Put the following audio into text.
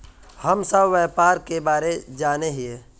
हम सब व्यापार के बारे जाने हिये?